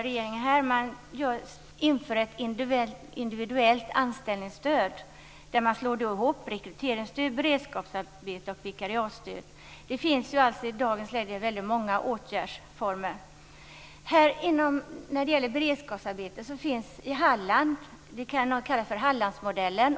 Regeringen vill införa ett individuellt anställningsstöd. Man slår ihop rekryteringsstöd, beredskapsarbete och vikariatstöd. Det finns alltså i dagens läge väldigt många åtgärdsformer. När det gäller beredskapsarbete finns det i Halland något som kallas för Hallandsmodellen.